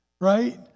right